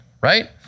right